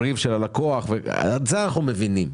זה אנחנו מבינים.